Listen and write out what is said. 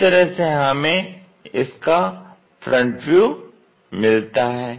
इस तरह से हमें इसका फ्रंट व्यू मिलता है